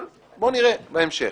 אבל בואו נראה בהמשך.